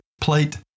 plate